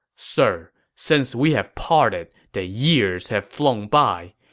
sir, since we have parted, the years have flown by.